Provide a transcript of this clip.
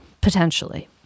potentially